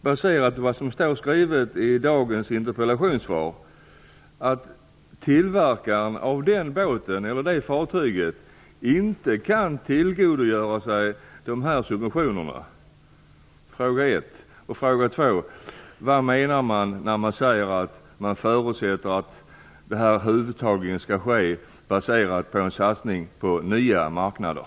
Fråga 1: Innebär dagens interpellationssvar att tillverkaren av det fartyget inte kan tillgodogöra sig subventionerna? Fråga 2: Vad menas när man säger att man förutsätter att uttagningen skall ske baserat på en satsning på nya marknader?